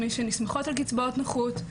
מי שנסמכות על קצבאות נכות.